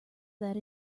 that